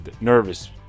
nervous